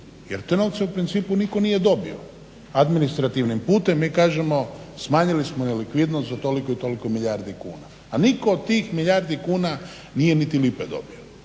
Jer te novce u principu nitko nije dobio administrativnim putem. Mi kažemo smanjili smo nelikvidnost za toliko i toliko milijardi kuna, a nitko od tih milijardi kuna nije niti lipe dobio.